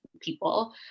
people